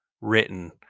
written